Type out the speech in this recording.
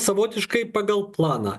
savotiškai pagal planą